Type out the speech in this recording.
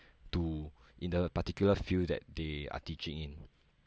to in the particular field that they are teaching in